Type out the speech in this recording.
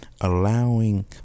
allowing